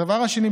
דבר שני,